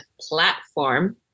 platform